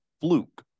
fluke